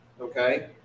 Okay